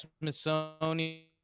Smithsonian